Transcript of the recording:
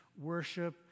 worship